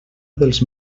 dels